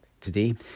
today